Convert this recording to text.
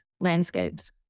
landscapes